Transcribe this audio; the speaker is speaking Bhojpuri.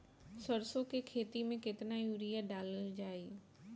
सरसों के खेती में केतना यूरिया डालल जाई?